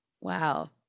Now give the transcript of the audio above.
Wow